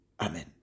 Amen